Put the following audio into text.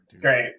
Great